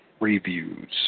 Reviews